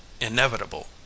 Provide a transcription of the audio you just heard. inevitable